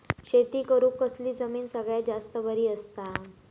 शेती करुक कसली जमीन सगळ्यात जास्त बरी असता?